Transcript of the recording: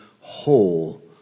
whole